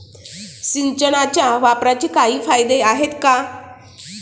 सिंचनाच्या वापराचे काही फायदे आहेत का?